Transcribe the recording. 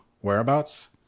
whereabouts